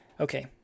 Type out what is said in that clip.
Okay